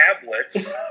Tablets